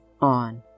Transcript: on